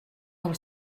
del